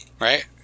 right